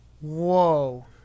Whoa